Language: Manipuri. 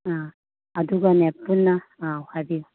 ꯑꯥ ꯑꯗꯨꯒꯅꯦ ꯄꯨꯟꯅ ꯍꯥꯏꯕꯤꯌꯨ